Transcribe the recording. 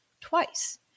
twice